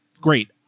great